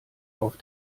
auf